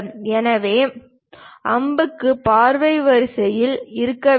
எனவே அம்புகள் பார்வை வரிசையில் இருக்க வேண்டும்